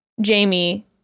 Jamie